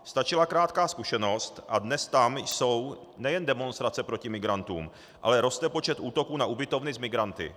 Stačila krátká zkušenost, a dnes tam jsou nejen demonstrace proti migrantům, ale roste počet útoků na ubytovny s migranty.